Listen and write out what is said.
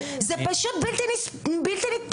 זה פשוט בלתי נתפס.